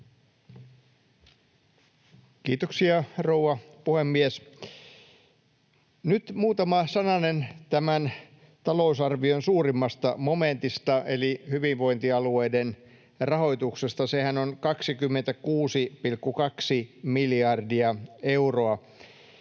Kiitoksia, rouva puhemies! Nyt muutama sananen tämän talousarvion suurimmasta momentista eli hyvinvointialueiden rahoituksesta. Sehän on 26,2 miljardia euroa.